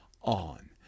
on